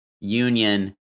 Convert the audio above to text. Union